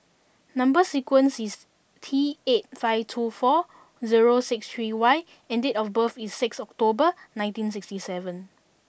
number sequence is T eight five two four zero six three Y and date of birth is six October nineteen sixty seven